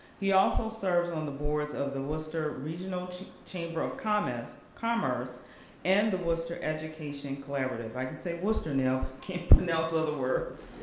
he also serves on the boards of the worcester regional chamber of comments commerce and the worcester education collaborative. i can say worcester now, can't pronounce other words.